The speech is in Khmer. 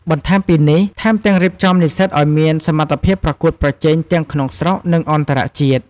បន្ថែមពីនេះ ថែមទាំងរៀបចំនិស្សិតឱ្យមានសមត្ថភាពប្រកួតប្រជែងទាំងក្នុងស្រុក និងអន្តរជាតិ។